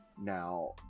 Now